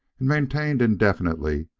and maintained indefinitely,